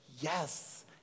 Yes